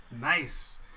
Nice